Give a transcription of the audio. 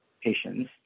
patients